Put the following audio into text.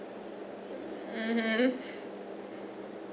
mmhmm